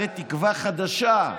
הרי תקווה חדשה,